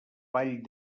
vall